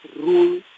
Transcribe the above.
rule